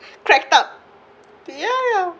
cracked up ya ya